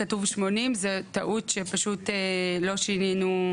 כתוב 80. זו טעות שפשוט לא שינינו.